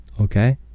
Okay